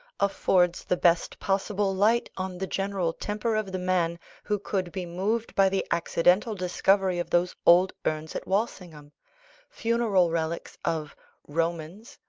affords the best possible light on the general temper of the man who could be moved by the accidental discovery of those old urns at walsingham funeral relics of romans,